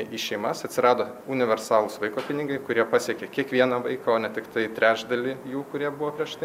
į šeimas atsirado universalūs vaiko pinigai kurie pasiekė kiekvieną vaiką o ne tiktai trečdalį jų kurie buvo prieš tai